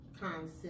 concept